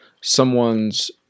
someone's